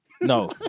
no